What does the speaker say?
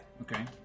Okay